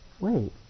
wait